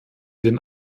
den